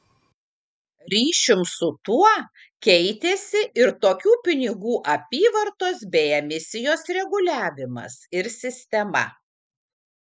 ryšium su tuo keitėsi ir tokių pinigų apyvartos bei emisijos reguliavimas ir sistema